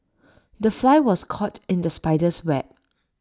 the fly was caught in the spider's web